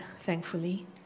thankfully